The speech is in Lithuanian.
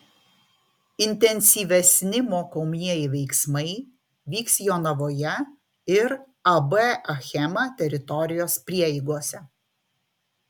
intensyvesni mokomieji veiksmai vyks jonavoje ir ab achema teritorijos prieigose